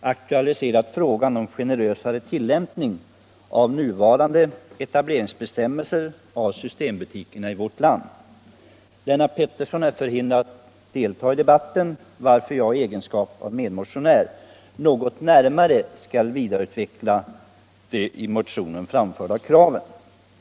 aktualiserat frågan om generösare tillämpning av nuvarande etableringsbestämmelser för systembutiker i vårt land. Lennart Pettersson är förhindrad att delta i debatten, varför jag i egenskap av medmotionär något närmare skall utveckla de i motionen framförda kraven.